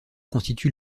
constitue